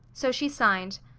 so she signed.